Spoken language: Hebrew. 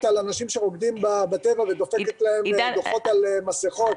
על אנשים בטבע ודופקת להם דוחות על מסכות.